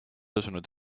asunud